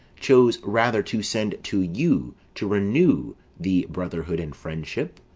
chose rather to send to you to renew the brotherhood and friendship,